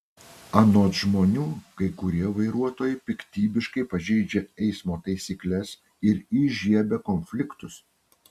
anot žmonių kai kurie vairuotojai piktybiškai pažeidžia eismo taisykles ir įžiebia konfliktus